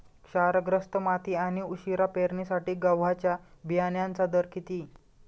क्षारग्रस्त माती आणि उशिरा पेरणीसाठी गव्हाच्या बियाण्यांचा दर किती?